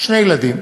שני ילדים,